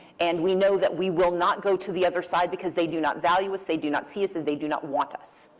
and we know that we will not go to the other side, because they do not value us. they do not see us. and they do not want us.